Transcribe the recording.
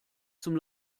zum